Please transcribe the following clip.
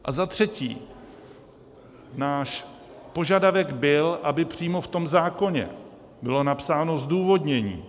A za třetí, náš požadavek byl, aby přímo v tom zákoně bylo napsáno zdůvodnění.